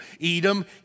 Edom